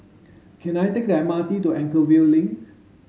can I take the M R T to Anchorvale Link